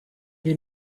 wir